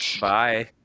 Bye